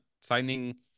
signing